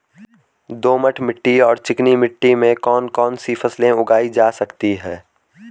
दोमट मिट्टी और चिकनी मिट्टी में कौन कौन सी फसलें उगाई जा सकती हैं?